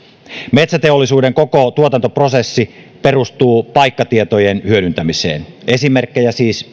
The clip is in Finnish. metsäteollisuuden koko tuotantoprosessi perustuu paikkatietojen hyödyntämiseen esimerkkejä siis